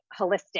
holistic